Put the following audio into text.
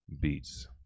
beats